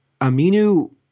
Aminu